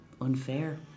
unfair